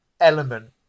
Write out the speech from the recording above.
Element